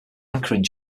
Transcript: anchoring